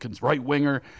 right-winger